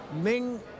Ming